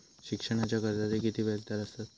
शिक्षणाच्या कर्जाचा किती व्याजदर असात?